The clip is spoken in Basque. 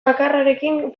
bakarrarekin